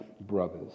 brothers